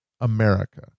America